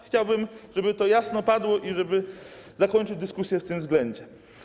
Chciałbym, żeby to jasno padło i żeby zakończyć dyskusję w tym względzie.